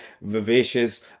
vivacious